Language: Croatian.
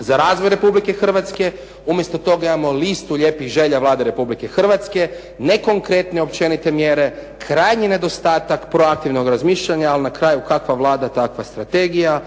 za razvoj Republike Hrvatske. Umjesto toga imamo listu lijepih želja Vlade Republike Hrvatske, ne konkretne općenite mjere, krajnji nedostatak proaktivnog razmišljanja ali na kraju kakva Vlada takva strategija.